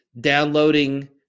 downloading